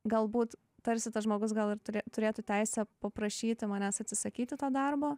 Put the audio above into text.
galbūt tarsi tas žmogus gal ir turė turėti teisę paprašyti manęs atsisakyti to darbo